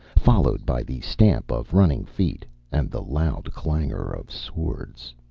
followed by the stamp of running feet and the loud clangor of swords.